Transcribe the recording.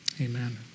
amen